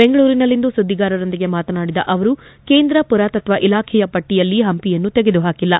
ಬೆಂಗಳೂರಿನಲ್ಲಿಂದು ಸುದ್ದಿಗಾರರೊಂದಿಗೆ ಮಾತನಾಡಿದ ಅವರು ಕೇಂದ್ರ ಪುರಾತತ್ವ ಇಲಾಖೆಯ ಪಟ್ಟಿಯಲ್ಲಿ ಹಂಪಿಯನ್ನು ತೆಗೆದುಹಾಕಿಲ್ಲ